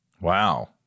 Wow